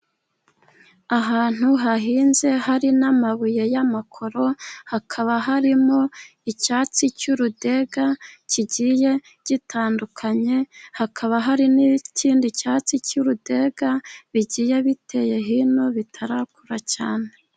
Ahantu hahinze , hari n'amabuye y'amakoro , hakaba harimo icyatsi cy'urudega kigiye gitandukanye . Hakaba hari n'ikindi cyatsi cy'urudega bigiye biteye hino bitarakura cyane.